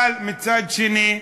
אבל מצד שני,